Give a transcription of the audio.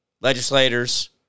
legislators